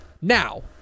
Now